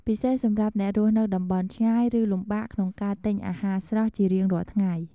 ពិសេសសម្រាប់អ្នករស់នៅតំបន់ឆ្ងាយឬលំបាកក្នុងការទិញអាហារស្រស់ជារៀងរាល់ថ្ងៃ។